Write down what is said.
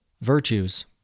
Virtues